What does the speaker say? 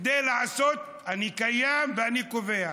כדי לעשות: אני קיים ואני קובע.